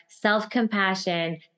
self-compassion